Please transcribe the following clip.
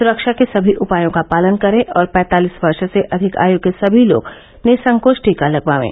सुरक्षा के सभी उपायों का पालन करें और पैंतालीस वर्ष से अधिक आयु के सभी लोग निःसंकोच टीका लगवाएं